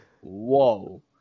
Whoa